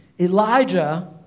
Elijah